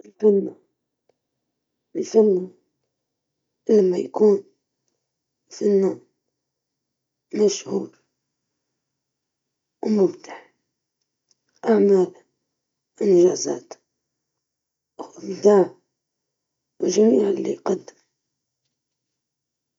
أفضل فقدان مفاتيحي، لأنها أقل أهمية من الهاتف، اللي بيمثل كل